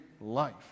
life